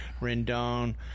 Rendon